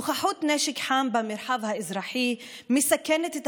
נוכחות נשק חם במרחב האזרחי מסכנת את